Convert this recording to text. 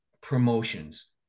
promotions